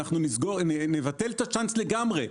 אם נבטל את הצ'אנס לגמרי,